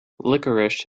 licorice